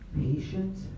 patient